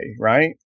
right